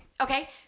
Okay